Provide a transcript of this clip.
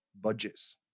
budgets